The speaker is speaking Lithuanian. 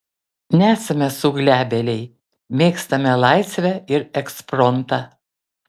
nesame suglebėliai mėgstame laisvę ir ekspromtą